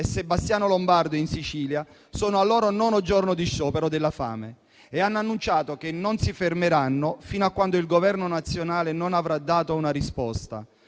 e Sebastiano Lombardo in Sicilia sono al loro nono giorno di sciopero della fame e hanno annunciato che non si fermeranno fino a quando il Governo nazionale non avrà dato una risposta.